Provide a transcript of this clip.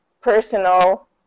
personal